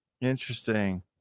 Interesting